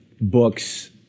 books